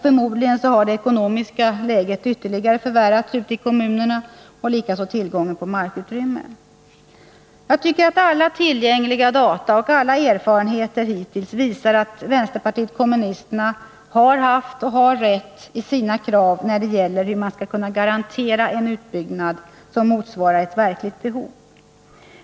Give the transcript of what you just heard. Förmodligen har det ekonomiska läget ytterligare förvärrats ute i kommunerna, likaså tillgången på markutrymme. Alla tillgängliga data och alla erfarenheter hittills visar att vpk har haft och har rätt i sina krav när det gäller hur man skall kunna garantera en utbyggnad som motsvarar ett verkligt behov.